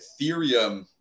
Ethereum